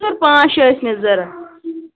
موٚزور پانٛژھ شیٚے ٲسۍ مےٚ ضرورت